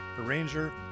arranger